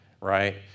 right